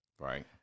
right